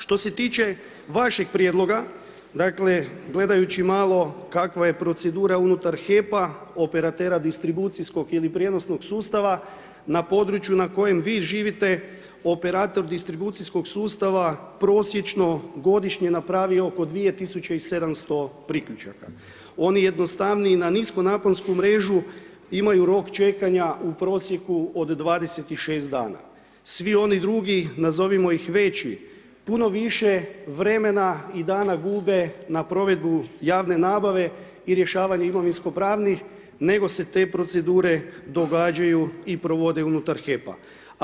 Što se tiče vašeg prijedloga, dakle gledajući malo kakva je procedura unutar HEP-a, operatera distribucijskog ili prijenosnog sustava na području na kojem vi živite operator distribucijskog sustava prosječno godišnje napravi oko 2 tisuće i 700 priključaka, oni jednostavniji na niskonaponsku mrežu imaju rok čekanja u prosjeku od 26 dana, svi oni drugi, nazovimo ih, veći, puno više vremena i dana gube na provedbu javne nabave i rješavanje imovinskopravnih, nego se te procedure događaju i provode unutar HEP-a.